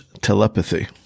telepathy